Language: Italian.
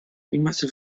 rimase